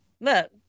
Look